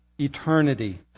eternity